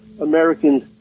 Americans